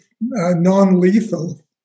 non-lethal